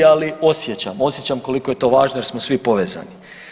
Ali osjećam, osjećam koliko je to važno jer smo svi povezani.